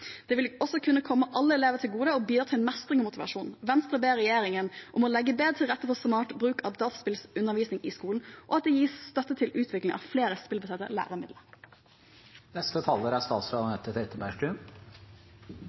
Det vil også kunne komme alle elever til gode og bidra til mestring og motivasjon. Venstre ber regjeringen om å legge bedre til rette for smart bruk av dataspillundervisning i skolen, og at det gis støtte til utvikling av flere spillbaserte læremidler. Ja, det er